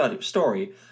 story